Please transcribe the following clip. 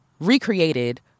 recreated